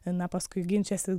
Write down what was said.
na paskui ginčijasi